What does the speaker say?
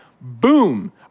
Boom